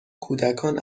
کودکان